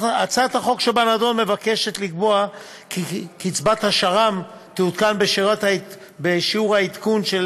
בהצעת החוק שבנדון מוצע לקבוע כי קצבת השר"מ תעודכן בשיעור העדכון של